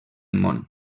món